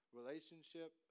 relationship